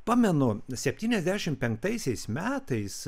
pamenu septyniasdešimt penktaisiais metais